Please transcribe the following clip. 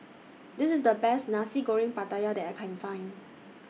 This IS The Best Nasi Goreng Pattaya that I Can Find